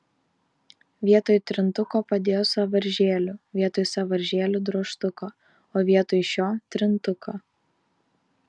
vietoj trintuko padėjo sąvaržėlių vietoj sąvaržėlių drožtuką o vietoj šio trintuką